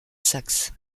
saxe